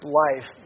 life